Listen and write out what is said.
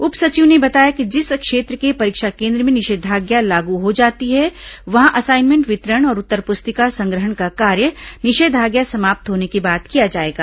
उप सचिव ने बताया कि जिस क्षेत्र के परीक्षा केन्द्र में निषेधाज्ञा लागू हो जाती है वहां असाइनमेंट वितरण और उत्तरपुस्तिका संग्रहण का कार्य निषेधाज्ञा समाप्त होने के बाद किया जाएगा